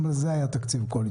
גם לזה היה תקציב קואליציוני.